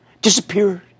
disappeared